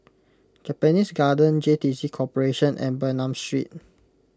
Japanese Garden JTC Corporation and Bernam Street